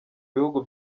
bihugu